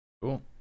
cool